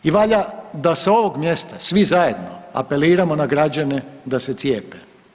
I valja da s ovog mjesta, svi zajedno apeliramo na građane da se cijepe.